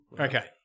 Okay